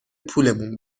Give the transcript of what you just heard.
پولمون